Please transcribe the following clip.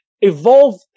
evolved